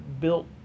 built